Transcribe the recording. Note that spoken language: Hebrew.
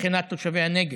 מבחינת תושבי הנגב.